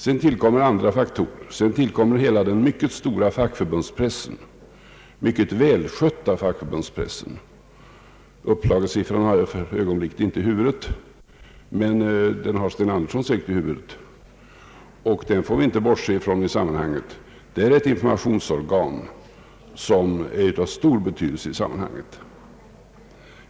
Sedan tillkommer andra faktorer, såsom hela den mycket stora och välskötta fackförbundspressen. Upplagesiffrorna har jag inte för ögonblicket i huvudet, men herr Sten Andersson har dem säkert i huvudet. Denna press får vi inte bortse från; den är ett informationsorgan av stor betydelse i sammanhanget.